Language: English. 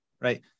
right